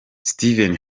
steven